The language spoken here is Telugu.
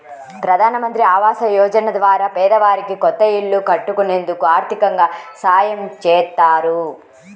ప్రధానమంత్రి ఆవాస యోజన ద్వారా పేదవారికి కొత్త ఇల్లు కట్టుకునేందుకు ఆర్దికంగా సాయం చేత్తారు